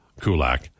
Kulak